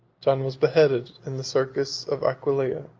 john was beheaded in the circus of aquileia.